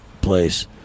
place